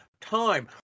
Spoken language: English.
time